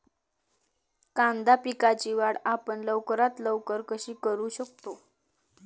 कांदा पिकाची वाढ आपण लवकरात लवकर कशी करू शकतो?